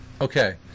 Okay